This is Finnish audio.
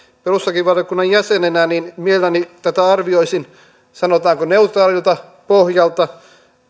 perustuslakivaliokunnan jäsenenä mielelläni tätä arvioisin sanotaanko neutraalilta pohjalta